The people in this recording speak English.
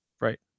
right